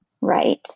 Right